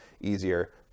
easier